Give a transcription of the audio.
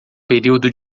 período